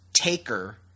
Taker